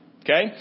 Okay